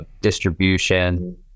distribution